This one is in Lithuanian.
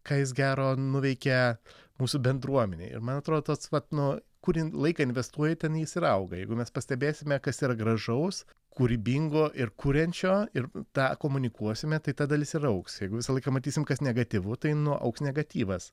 ką jis gero nuveikė mūsų bendruomenei ir man atrodo tas vat nu kurį laiką investuoji ten jis ir auga jeigu mes pastebėsime kas yra gražaus kūrybingo ir kuriančio ir tą komunikuosime tai ta dalis ir augs jeigu visą laiką matysim kas negatyvu tai nu augs negatyvas